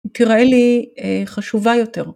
תראה לי חשובה יותר.